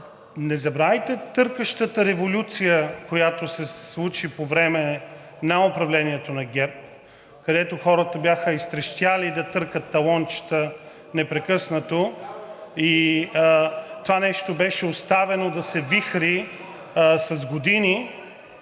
не забравяйте търкащата революция, която се случи по време на управлението на ГЕРБ, където хората бяха изтрещели да търкат талончета непрекъснато и това нещо беше оставено да се вихри с години,